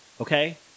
okay